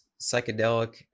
psychedelic